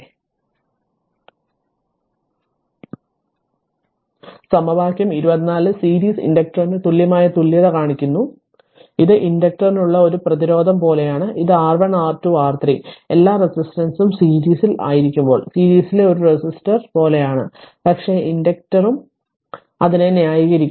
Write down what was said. അതിനാൽ സമവാക്യം 24 സീരീസ് ഇൻഡക്റ്ററിന് തുല്യമായ തുല്യത കാണിക്കുന്നു ഇത് ഇൻഡക്റ്റർനുള്ള ഒരു പ്രതിരോധം പോലെയാണ് ഇത് R1 R2 R3 എല്ലാ റെസിസ്റ്റൻസും സീരീസിൽ ആയിരിക്കുമ്പോൾ സീരീസിലെ ഒരു റെസിസ്റ്റർ പോലെയാണ് പക്ഷേ ഇൻഡക്റ്ററും അതിനെ ന്യായീകരിക്കുന്നു